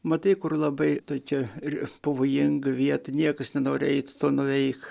matai kur labai tokia ri pavojinga vieta niekas nenori eit to nuveik